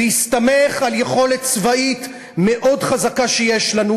בהסתמך על יכולת צבאית מאוד חזקה שיש לנו,